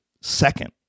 Second